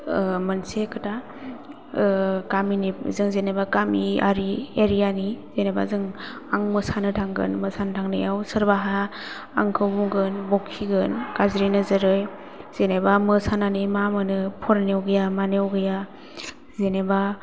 मोनसे खोथा गामिनि जों जेनबा गामियारि एरियानि जेनबा जों आं मोसानो थांगोन मोसानो थांनायाव सोरबाहा आंखौ बुंगोन बखिगोन गाज्रि नोजोरै जेनेबा मोसानानै मा मोनो फरायनायाव गैया मानायाव गैया जेनबा